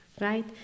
Right